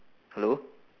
hello